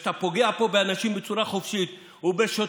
כשאתה פוגע פה באנשים בצורה חופשית ובשוטרים,